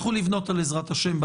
אנחנו חושבים ש-25% מספיק,